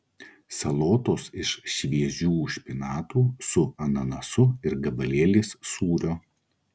salotos iš šviežių špinatų su ananasu ir gabalėlis sūrio